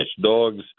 dogs